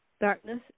Darkness